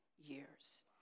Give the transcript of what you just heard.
years